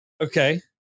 Okay